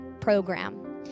program